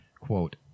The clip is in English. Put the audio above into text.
Quote